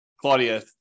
Claudia